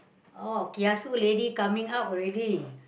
oh kiasu lady coming out already